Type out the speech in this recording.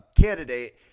candidate